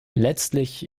letztlich